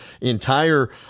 entire